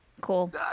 cool